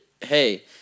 hey